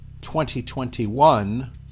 2021